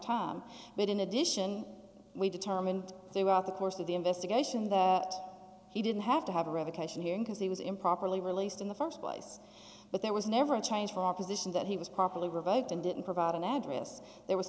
time but in addition we determined throughout the course of the investigation that he didn't have to have a revocation hearing because he was improperly released in the st place but there was never a chinese for our position that he was properly revoked and didn't provide an address there was